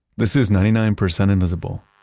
this is ninety nine percent invisible.